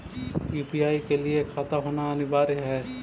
UPI के लिए खाता होना अनिवार्य है?